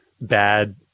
bad